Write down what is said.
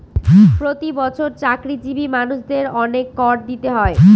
প্রতি বছর চাকরিজীবী মানুষদের অনেক কর দিতে হয়